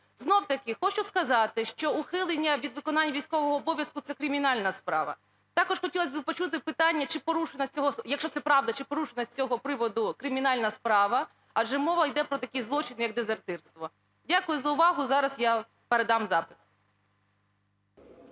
Знову-таки хочу сказати, що ухилення від виконання військового обов'язку – це кримінальна справа. Також хотілося б почути питання, чи порушена з цього, якщо це правда, чи порушена з цього приводу кримінальна справа, адже мова йде про такий злочин, як дезертирство. Дякую за увагу. І зараз я передам запит.